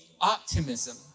optimism